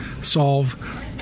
solve